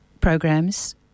programs